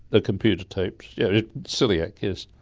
the computer tapes, yes. silliac, yes,